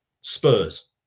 Spurs